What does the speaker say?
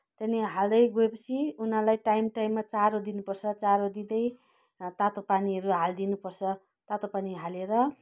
त्यहाँदेखि हाल्दै गएपछि उनीहरूलाई टाइम टाइममा चारो दिनुपर्छ चारो दिँदै तातो पानीहरू हालिदिनुपर्छ तातो पानी हालेर